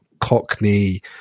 cockney